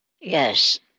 Yes